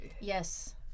Yes